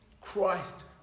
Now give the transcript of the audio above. Christ